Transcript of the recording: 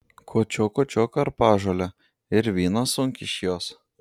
kočiok kočiok karpažolę ir vyną sunk iš jos